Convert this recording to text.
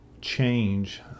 change